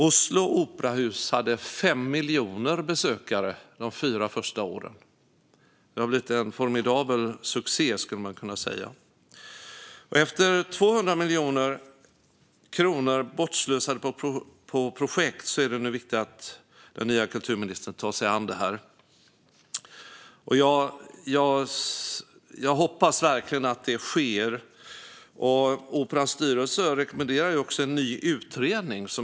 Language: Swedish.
Oslos operahus hade 5 miljoner besökare de fyra första åren. Det har blivit en formidabel succé, skulle man kunna säga. Efter 200 miljoner kronor bortslösade på projekt är det nu viktigt att den nya kulturministern tar sig an det här. Jag hoppas verkligen att det sker. Operans styrelse rekommenderar en ny utredning.